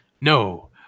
No